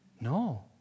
No